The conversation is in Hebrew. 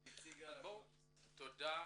תודה.